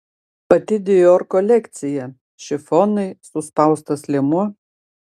pati dior kolekcija šifonai suspaustas liemuo